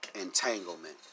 Entanglement